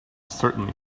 certainly